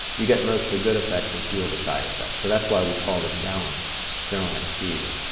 you get most the good effects and few of the side effects. so that's why we call this balance general anesthesia.